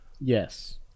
Yes